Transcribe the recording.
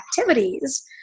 activities